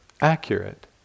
accurate